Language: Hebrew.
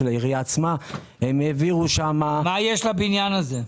שם העבירו --- מה יש לבניין הזה?